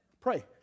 Pray